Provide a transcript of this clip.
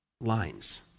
lines